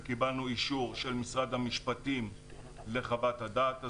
וקיבלנו אישור של משרד המשפטים לחוות הדעת הזאת,